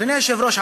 אדוני היושב-ראש,